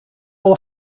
will